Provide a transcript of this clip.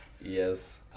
Yes